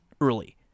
early